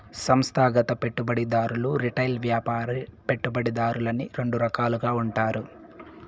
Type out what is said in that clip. సంస్థాగత పెట్టుబడిదారులు రిటైల్ వ్యాపార పెట్టుబడిదారులని రెండు రకాలుగా ఉంటారు